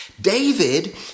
David